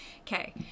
Okay